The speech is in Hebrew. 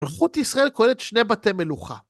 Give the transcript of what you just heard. מלכות ישראל כוללת שני בתי מלוכה.